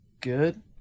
good